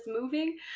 moving